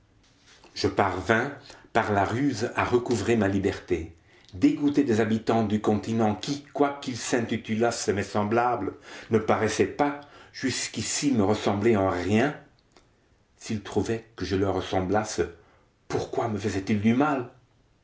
je parvins par la ruse à recouvrer ma liberté dégoûté des habitants du continent qui quoiqu'ils s'intitulassent mes semblables ne paraissaient pas jusqu'ici me ressembler en rien s'ils trouvaient que je leur ressemblasse pourquoi me faisaient-ils du mal